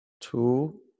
two